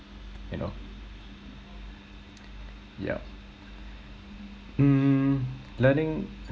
you know yup mm learning